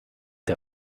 der